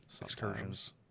excursions